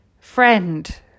friend